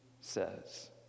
says